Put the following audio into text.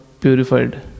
purified